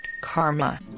karma